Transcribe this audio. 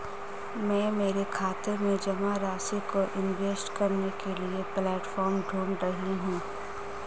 मैं मेरे खाते में जमा राशि को इन्वेस्ट करने के लिए प्लेटफॉर्म ढूंढ रही हूँ